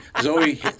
Zoe